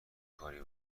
کاری